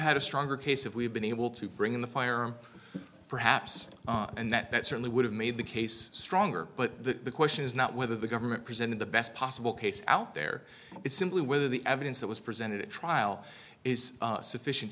had a stronger case if we had been able to bring in the firearm perhaps and that certainly would have made the case stronger but the question is not whether the government presented the best possible case out there it's simply whether the evidence that was presented at trial is sufficient